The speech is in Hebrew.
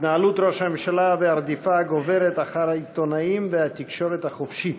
התנהלות ראש הממשלה והרדיפה הגוברת אחר עיתונאים והתקשורת החופשית,